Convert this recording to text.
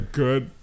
good